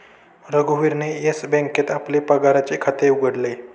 रघुवीरने येस बँकेत आपले पगाराचे खाते उघडले